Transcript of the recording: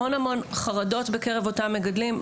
המון חרדות בקרב אותם מגדלים.